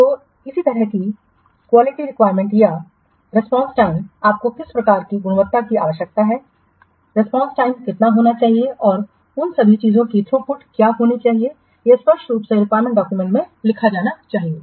तो इसी तरह की क्वालिटी रिक्वायरमेंट या रिस्पांस टाइम आपको किस प्रकार की गुणवत्ता की आवश्यकता है प्रतिक्रिया समय कितना होना चाहिए और उन सभी चीजों थी थ्रूपुट क्या होना चाहिए यह स्पष्ट रूप से रिक्वायरमेंट डॉक्युमेंट में लिखा जाना चाहिए